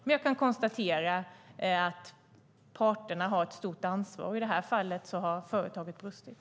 Men jag kan konstatera att parterna har ett stort ansvar. I det här fallet har företaget brustit.